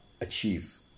achieve